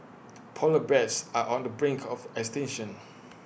Polar Bears are on the brink of extinction